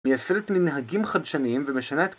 מנהגים חדשניים ומשנה את